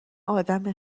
آدم